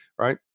right